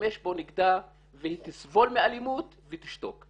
שישתמש בו נגדה שהיא תסבול מאלימות ותשתוק.